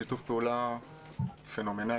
בשיתוף פעולה פנומנלי.